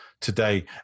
today